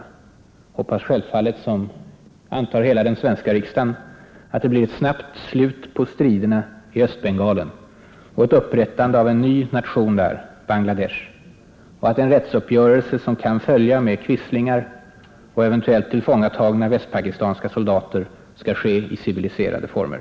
Jag hoppas självfallet, som jag antar hela den svenska riksdagen, att det blir ett snabbt slut på striderna i Östbengalen och ett upprättande av en ny nation — Bangla Desh — och att en rättsuppgörelse som kan följa med quislingar och eventuellt tillfångatagna västpakistanska soldater skall ske i civiliserade former.